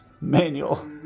Manual